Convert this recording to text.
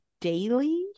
daily